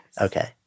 Okay